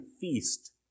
feast